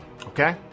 Okay